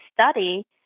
study